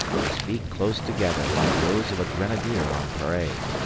his feet close together like those of a grenadier on parade,